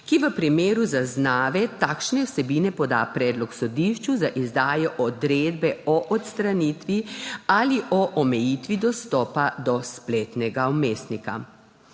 ki v primeru zaznave takšne vsebine poda predlog sodišču za izdajo odredbe o odstranitvi ali o omejitvi dostopa do spletnega vmesnika.